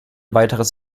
weiteres